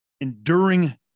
Enduring